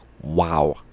wow